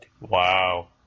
Wow